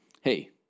Hey